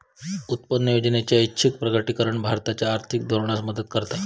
उत्पन्न योजनेचा ऐच्छिक प्रकटीकरण भारताच्या आर्थिक धोरणास मदत करता